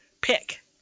pick